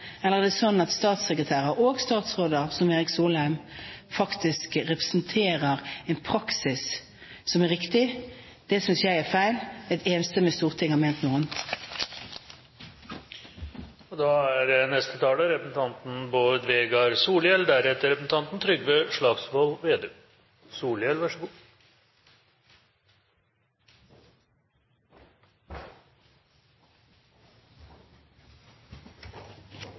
eller er det slik at statssekretærer og statsråder, som Erik Solheim, faktisk representerer en praksis som er riktig? Det synes jeg er feil, for et enstemmig storting har ment